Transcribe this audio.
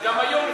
גם היום,